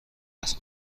است